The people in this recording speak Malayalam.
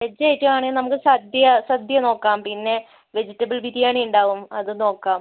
വെജ് ഐറ്റം ആണെങ്കിൽ നമുക്ക് സദ്യ സദ്യ നോക്കാം പിന്നെ വെജിറ്റബിൾ ബിരിയാണി ഉണ്ടാവും അതു നോക്കാം